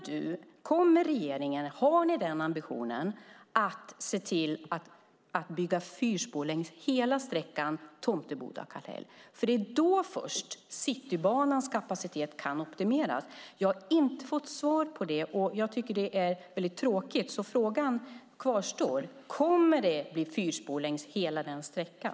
Har regeringen ambitionen att se till att bygga fyrspår längs hela sträckan Tomteboda-Kallhäll? Det är först då Citybanans kapacitet kan optimeras. Jag har inte fått svar på det, och jag tycker att det är väldigt tråkigt. Frågan kvarstår: Kommer det att bli fyrspår längs hela den sträckan?